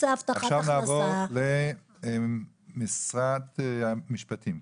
עכשיו נעבור למשרד המשפטים.